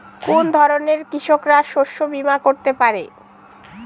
কোন ধরনের কৃষকরা শস্য বীমা করতে পারে?